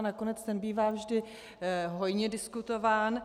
Nakonec ten bývá vždy hojně diskutován.